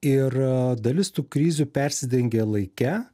ir dalis tų krizių persidengia laike